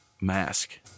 mask